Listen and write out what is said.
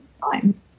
fine